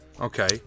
Okay